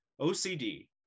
OCD